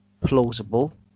plausible